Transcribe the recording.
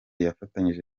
yafatanije